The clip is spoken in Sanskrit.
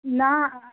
न